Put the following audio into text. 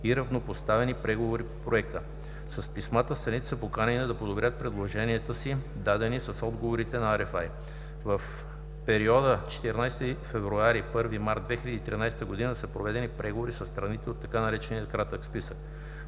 и равнопоставени преговори по Проекта. C писмата страните са поканени да подобрят предложенията си, дадени с отговорите на RFI; - в периода 14 февруари – 1 март 2013 г. са проведени преговори със страните от така наречения „кратък списък“;